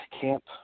camp